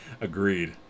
Agreed